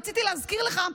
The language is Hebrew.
רציתי להזכיר לך,